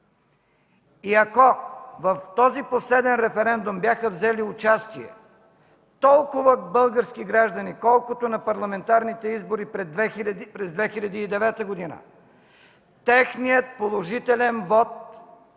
И ако в този последен референдум бяха взели участие толкова български граждани, колкото на парламентарните избори през 2009 г., техният положителен вот